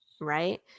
right